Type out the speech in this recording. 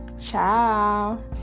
ciao